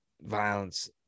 violence